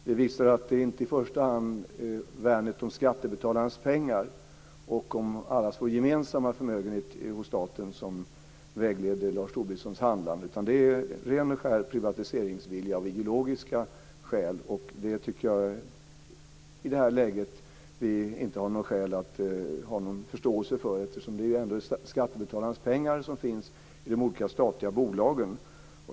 Detta visar att det inte i första hand är värnet om skattebetalarnas pengar och om allas vår gemensamma förmögenhet hos staten som vägleder Lars Tobissons handlande, utan det är ren och skär privatiseringsvilja av ideologiska skäl. Det tycker jag att vi i det här läget inte har skäl att ha någon förståelse för eftersom det ändå är skattebetalarnas pengar som finns i de olika statliga bolagen.